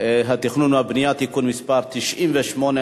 התכנון והבנייה (תיקון מס' 98),